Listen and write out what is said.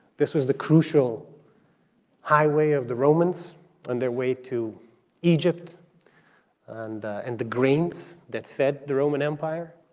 this was the crucial highway of the romans on their way to egypt and and the grains that fed the roman empire.